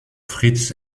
fritz